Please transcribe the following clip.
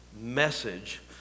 message